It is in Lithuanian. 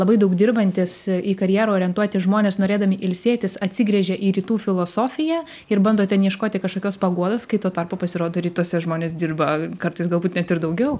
labai daug dirbantys į karjerą orientuoti žmonės norėdami ilsėtis atsigręžia į rytų filosofiją ir bando ten ieškoti kažkokios paguodos kai tuo tarpu pasirodo rytuose žmonės dirba kartais galbūt net ir daugiau